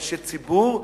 כאנשי ציבור,